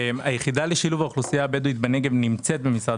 היחידה לשילוב האוכלוסייה הבדואית בנגב נמצאת במשרד